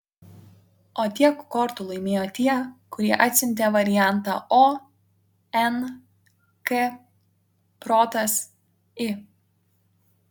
o tiek kortų laimėjo tie kurie atsiuntė variantą o n k protas i